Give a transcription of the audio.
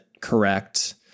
correct